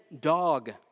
dog